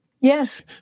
Yes